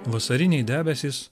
vasariniai debesys